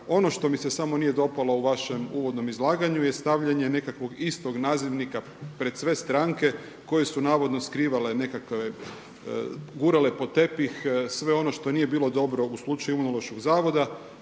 ono što mi se samo nije dopalo u vašem uvodnom izlaganju je stavljanje nekakvog istog nazivnika pred sve stranke koje su navodno skrivale nekakve, gurale pod tepih sve ono što nije bilo dobro u slučaju Imunološkog zavoda.